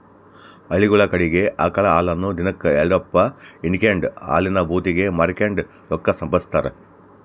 ಹಳ್ಳಿಗುಳ ಕಡಿಗೆ ಆಕಳ ಹಾಲನ್ನ ದಿನಕ್ ಎಲ್ಡುದಪ್ಪ ಹಿಂಡಿಕೆಂಡು ಹಾಲಿನ ಭೂತಿಗೆ ಮಾರಿಕೆಂಡು ರೊಕ್ಕ ಸಂಪಾದಿಸ್ತಾರ